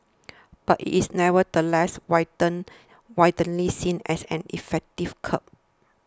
but it is nevertheless widen widely seen as an effective curb